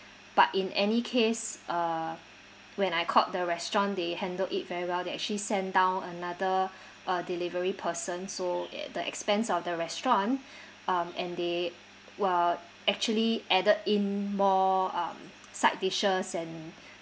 but in any case uh when I called the restaurant they handled it very well they actually sent down another uh delivery person so at the expense of the restaurant um and they well actually added in more um side dishes and